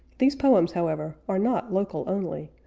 these poems, however, are not local only,